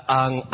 ang